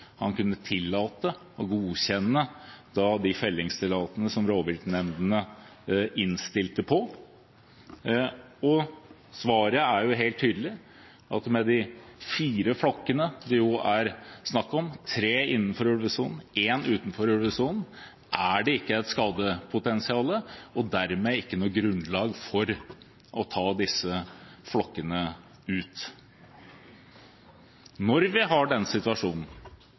han kunne tillate og godkjenne de fellingstillatelsene som rovviltnemndene innstilte på. Og svaret er helt tydelig: Med de fire flokkene det er snakk om – tre innenfor ulvesonen, en utenfor ulvesonen – er det ikke et skadepotensial, og dermed ikke noe grunnlag for å ta disse flokkene ut. Når vi har denne situasjonen